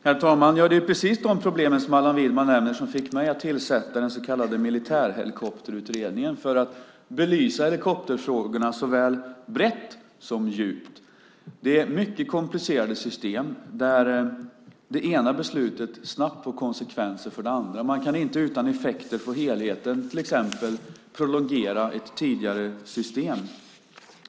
Herr talman! Ja, det är precis de problem som Allan Widman nämner som fick mig att tillsätta den så kallade Militärhelikopterutredningen för att belysa helikopterfrågorna såväl brett som djupt. Det här är mycket komplicerade system där det ena beslutet snabbt får konsekvenser för det andra. Man kan inte utan effekter på helheten till exempel prolongera ett tidigare system.